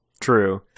True